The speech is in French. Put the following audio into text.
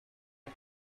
est